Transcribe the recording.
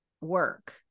work